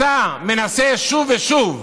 אתה מנסה שוב ושוב,